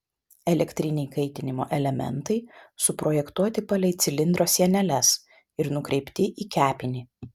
elektriniai kaitinimo elementai suprojektuoti palei cilindro sieneles ir nukreipti į kepinį